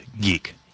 geek